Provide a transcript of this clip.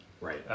Right